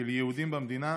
של יהודים במדינה?